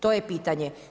To je pitanje.